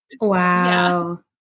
Wow